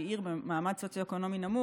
שהיא עיר במעמד סוציו-אקונומי נמוך,